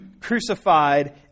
crucified